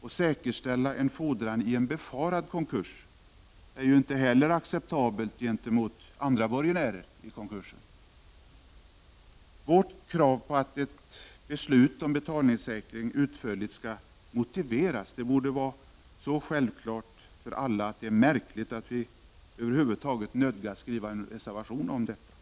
och säkerställa en fordran i en befarad konkurs är ju inte heller acceptabelt med tanke på andra borgenärer i konkursen. Vårt krav, att ett beslut om betalningssäkring utförligt skall motiveras, borde vara så självklart att vi inte skulle nödgas framställa en reservation om detta.